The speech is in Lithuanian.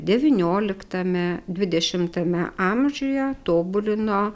devynioliktame dvidešimtame amžiuje tobulino